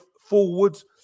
forwards